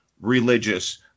religious